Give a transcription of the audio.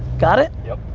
got it? yup.